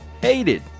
hated